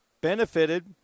benefited